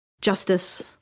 Justice